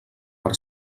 per